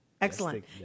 Excellent